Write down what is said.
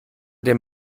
dem